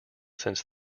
since